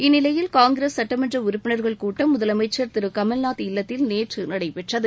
இந்நிலையில் காங்கிரஸ் சட்டமன்ற உறுப்பினர்கள் கூட்டம் முதலமைச்சா் திரு கமல்நாத் இல்லத்தில் நேற்று நடைபெற்றது